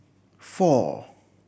four